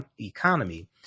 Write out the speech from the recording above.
economy